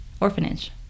Orphanage